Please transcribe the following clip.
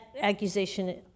accusation